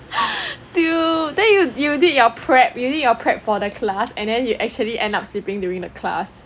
dude then you did you did your prep for the class and then you actually end up sleeping during the class